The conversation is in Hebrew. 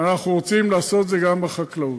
ואנחנו רוצים לעשות את זה גם בחקלאות.